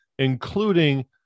Including